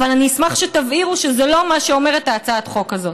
אבל אני אשמח שתבהירו שזה לא מה שאומרת הצעת החוק הזאת.